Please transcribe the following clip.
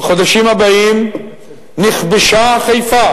בחודשים הבאים נכבשה חיפה.